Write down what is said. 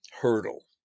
hurdle